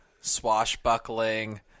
swashbuckling